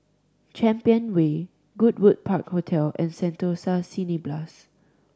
Champion Way Goodwood Park Hotel and Sentosa Cineblast